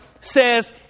says